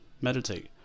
meditate